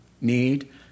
need